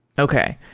okay.